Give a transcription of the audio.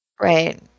right